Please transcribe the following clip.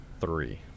three